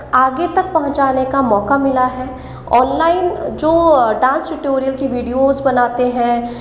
आगे तक पहुंचाने का मौका मिला है ऑनलाइन जो डांस ट्यूटोरियल की वीडियोज़ बनाते हैं